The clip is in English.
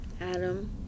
Adam